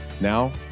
Now